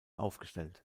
aufgestellt